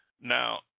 Now